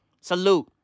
Salute